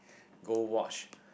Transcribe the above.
go watch